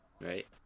right